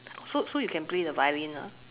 so so you can play the violin ah